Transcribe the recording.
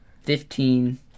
fifteen